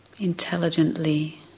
intelligently